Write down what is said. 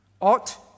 ought